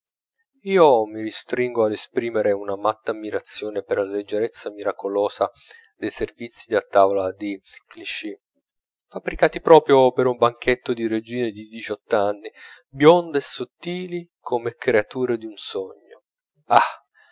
io mi ristringo ad esprimere una matta ammirazione per la leggerezza miracolosa dei servizi da tavola di clichy fabbricati proprio per un banchetto di regine di diciott'anni bionde e sottili come creature d'un sogno ah